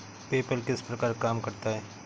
PayPal किस प्रकार काम करता है?